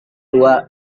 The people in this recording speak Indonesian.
tua